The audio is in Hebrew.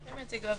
הם יציגו.